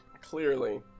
Clearly